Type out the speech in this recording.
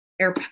Air